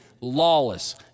Lawless